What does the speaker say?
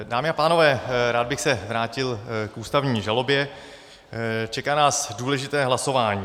Dámy a pánové, rád bych se vrátil k ústavní žalobě, čeká nás důležité hlasování.